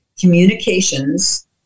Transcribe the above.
communications